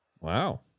Wow